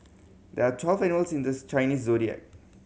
there are twelve animals in the Chinese Zodiac